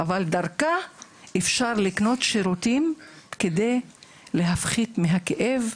אבל באמצעותה אפשר לקנות שירותים על מנת להפחית מהכאב,